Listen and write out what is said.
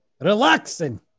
Relaxing